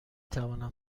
توانم